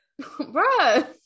Bruh